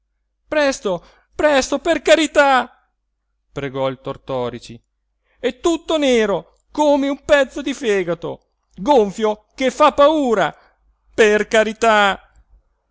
strada presto presto per carità pregò il tortorici è tutto nero come un pezzo di fegato gonfio che fa paura per carità